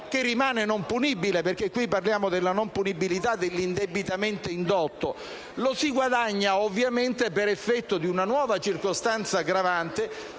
(che rimane non punibile perché qui parliamo della non punibilità dell'indebitamente indotto), lo si guadagna per effetto di una nuova circostanza aggravante,